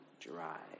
dry